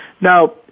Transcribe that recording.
Now